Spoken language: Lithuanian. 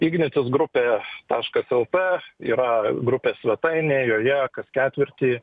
ignitis grupė taškas lt yra grupės svetainė joje kas ketvirtį